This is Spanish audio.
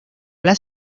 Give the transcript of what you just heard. las